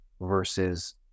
versus